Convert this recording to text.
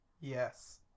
Yes